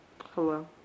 Hello